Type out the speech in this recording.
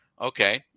Okay